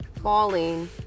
Falling